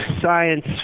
science